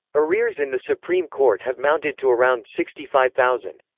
arrears in the supreme court have mounted to around sixty five thousand.